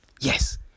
yes